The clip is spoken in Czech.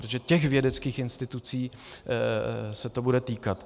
Protože těch vědeckých institucí se to bude týkat.